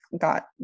got